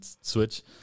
switch